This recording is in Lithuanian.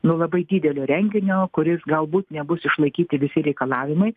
nu labai didelio renginio kuris galbūt nebus išlaikyti visi reikalavimai